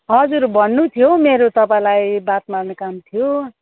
हजुर भन्नु थियो मेरो तपाईँलाई बात मार्ने काम थियो